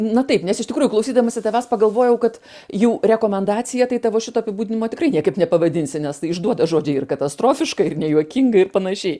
na taip nes iš tikrųjų klausydamasi tavęs pagalvojau kad jau rekomendacija tai tavo šito apibūdinimo tikrai niekaip nepavadinsi nes išduoti žodžiai ir katastrofiškai ir nejuokingai ir panašiai